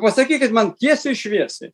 pasakykit man tiesiai šviesiai